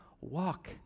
Walk